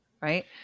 Right